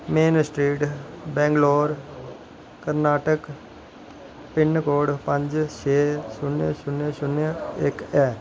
main street Bangalore Karnataka pin code पंज छे शून्य शून्य शून्य इक ऐ